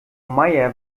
meier